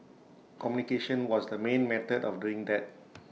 communication was the main method of doing that